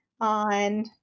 on